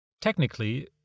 Technically